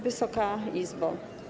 Wysoka Izbo!